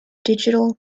digital